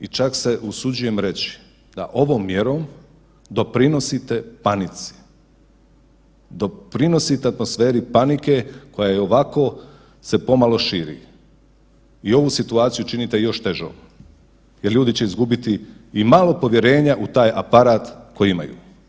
I čak se usuđujem reći da ovom mjerom doprinosite panici, doprinosite atmosferi panike koja i ovako se pomalo širi i ovu situaciju činite još težom jel ljudi će izgubiti i malo povjerenja u taj aparat koji imaju.